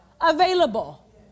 available